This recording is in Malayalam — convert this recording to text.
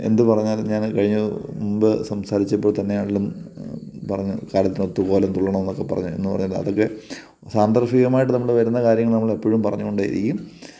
എന്ത് പറഞ്ഞാലും ഞാൻ കഴിഞ്ഞ മുമ്പ് സംസാരിച്ചപ്പോൾത്തന്നെ ആണെങ്കിലും പറഞ്ഞ കാലത്തിനൊത്ത് കോലം തുള്ളണമെന്നൊക്ക പറഞ്ഞ എന്ന് പറഞ്ഞാൽ അതൊക്കെ സാന്ദർഭികമായിട്ട് നമ്മൾ വരുന്ന കാര്യങ്ങൾ നമ്മളെപ്പോഴും പറഞ്ഞ് കൊണ്ടേ ഇരിക്കും